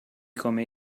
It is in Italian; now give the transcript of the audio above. come